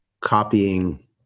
copying